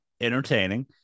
entertaining